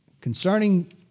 concerning